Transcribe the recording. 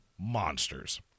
monsters